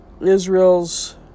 Israel's